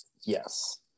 Yes